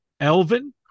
Elvin